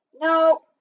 No